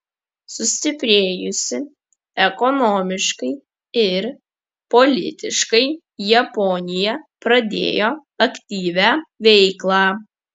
sustiprėjusi ekonomiškai ir politiškai japonija pradėjo aktyvią veiklą